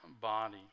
body